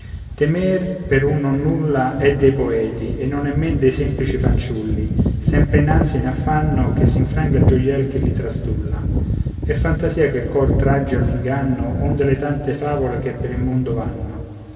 temer per un nonnulla è dei poeti e non è men dei semplici fanciulli sempre in ansia ed in affanno che s'infranga il gioiel che li trastulla è fantasia che il cor tragge all'inganno onde le tante favole che per il mondo vanno